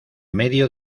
medio